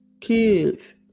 kids